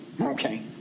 Okay